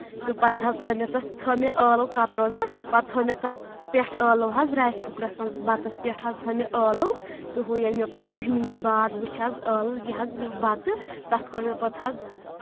تہٕ پَتہٕ حظ ترٲے مےٚ تتھ ٲلو کَترو مےٚ پَتہٕ تھوو مےٚ تَتھ پٮ۪ٹھ ٲلوٕ حظ رایس کُکرس منٛز بَتَس پٮ۪ٹھ حظ تھوو مےٚ ٲلو تہٕ ہُہ ییٚلہِ مےٚ وُہ مِنٹہٕ باد وٕچھ حظ مےٚ ٲلو یہِ حظ یہِ بَتہٕ تَتھ کوٚر مےٚ پَتہٕ حظ